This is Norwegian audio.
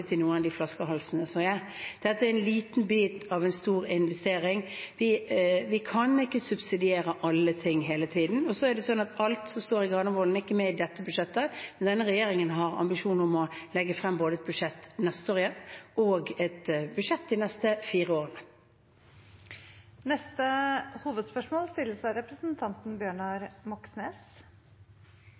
noen av de flaskehalsene. Dette er en liten bit av en stor investering. Vi kan ikke subsidiere alle ting hele tiden. Så er det sånn at alt som står i Granavolden-plattformen, er ikke med i dette budsjettet, men denne regjeringen har ambisjoner om å legge fram både et budsjett neste år igjen og et budsjett de neste fire årene. Vi går videre til siste hovedspørsmål.